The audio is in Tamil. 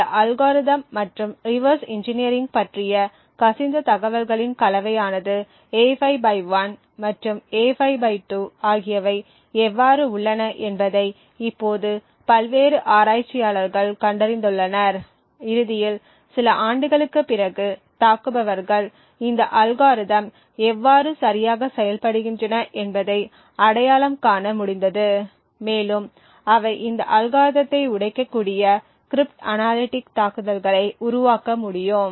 இந்த அல்காரிதம் மற்றும் ரிவர்ஸ் இன்ஜினியரிங் பற்றிய கசிந்த தகவல்களின் கலவையானது A5 1 மற்றும் A5 2 ஆகியவை எவ்வாறு உள்ளன என்பதை இப்போது பல்வேறு ஆராய்ச்சியாளர்கள் கண்டறிந்துள்ளனர் இறுதியில் சில ஆண்டுகளுக்குப் பிறகு தாக்குபவர்கள் இந்த அல்காரிதம் எவ்வாறு சரியாக செயல்படுகின்றன என்பதை அடையாளம் காண முடிந்தது மேலும் அவை இந்த அல்காரிதத்தை உடைக்கக்கூடிய கிரிப்ட் அனாலிடிக் தாக்குதல்களை உருவாக்க முடியும்